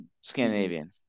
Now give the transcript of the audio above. Scandinavian